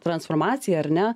transformaciją ar ne